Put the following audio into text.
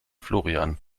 florian